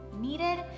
needed